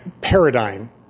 paradigm